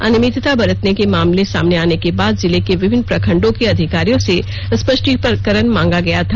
अनियमितता बरतने के मामले सामने आने के बाद जिले के विभिन्न प्रखंडों के अधिकारियों से स्पष्टीकरण मांगा गया था